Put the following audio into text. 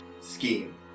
scheme